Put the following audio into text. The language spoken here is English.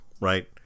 right